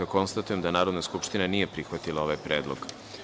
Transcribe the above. Konstatujem da Narodna skupština nije prihvatila ovaj predlog.